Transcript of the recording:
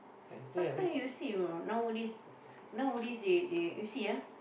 sometimes you see you know nowadays nowadays they they you see ah